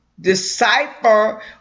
decipher